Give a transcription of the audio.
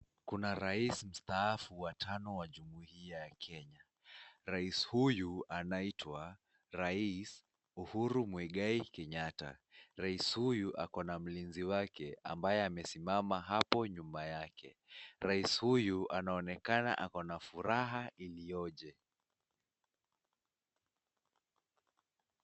Kuna rais mstaafu wa tano wa jumuia ya Kenya. Rais huyu anaitwa rais Uhuru Muingai Kenyatta. Rais huyu akona mlinzi wake ambaye amesimama hapo nyuma yake. Rais huyu anaonekana akona furaha ilioje.